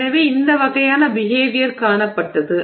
எனவே இந்த வகையான பிஹேவியர் காணப்பட்டது